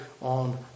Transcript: on